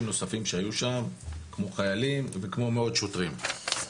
נוספים שהיו שם כמו חיילים וכמו מאות שוטרים.